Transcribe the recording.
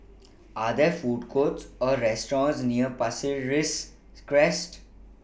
Are There Food Courts Or restaurants near Pasir Ris Crest